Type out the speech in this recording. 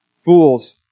fools